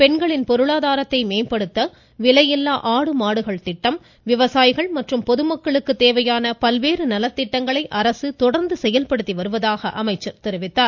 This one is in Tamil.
பெண்களின் பொருளாதாரத்தை மேம்படுத்த விலையில்லா ஆடு மாடுகள் திட்டம் விவசாயிகள் மற்றும் பொதுமக்களுக்கு தேவையான பல்வேறு நலத்திட்டங்களை அரசு செயல்படுத்தி வருவதாக தெரிவித்தார்